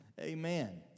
Amen